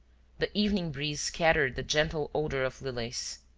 the evening breeze scattered the gentle odor of lilies.